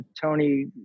Tony